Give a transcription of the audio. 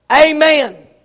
Amen